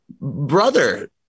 brother